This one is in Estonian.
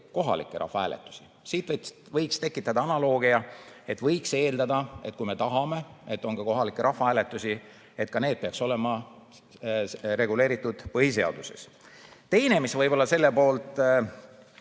kohalikke rahvahääletusi. Siit võiks tekitada analoogia: võiks eeldada, et kui me tahame, et on kohalikke rahvahääletusi, siis ka need peaks olema reguleeritud põhiseaduses. Teine asjaolu, mis võib-olla selle poolt